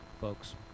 folks